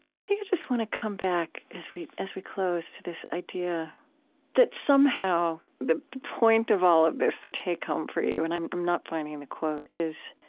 i think i just want to come back as we as we close to this idea that somehow, the point of all of this, the take-home for you, and i'm i'm not finding the quote, is